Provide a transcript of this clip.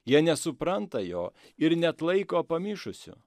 jie nesupranta jo ir net laiko pamišusiu